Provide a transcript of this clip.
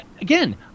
again